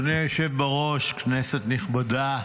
אדוני היושב-ראש, כנסת נכבדה,